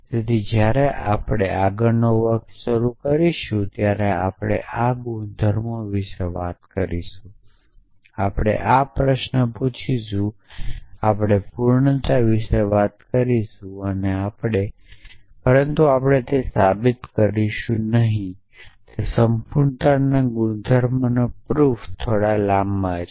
તેથી જ્યારે આપણે આગળનો વર્ગ શરૂ કરીશું ત્યારે આપણે આ ગુણધર્મો વિશે વાત કરીશું આપણે આ પ્રશ્ન પૂછશું આપણે પૂર્ણતા વિશે વાત કરીશું પરંતુ આપણે તે સાબિત કરીશું નહીં કે સંપૂર્ણતા ગુણધર્મોના પ્રૂફ થોડા લાંબા છે